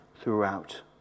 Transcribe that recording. throughout